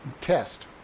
test